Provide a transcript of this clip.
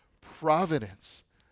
providence